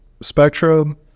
spectrum